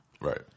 right